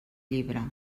llibre